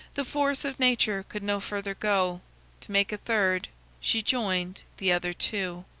the force of nature could no further go to make a third she joined the other two.